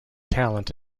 talent